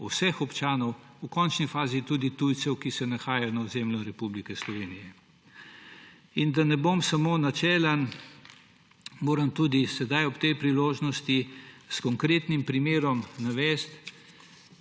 vseh občanov, v končni fazi tudi tujcev, ki se nahajajo na ozemlju Republike Slovenije. Da ne bom samo načelen, moram ob tej priložnosti tudi s konkretnim primerom navesti,